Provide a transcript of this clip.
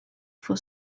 for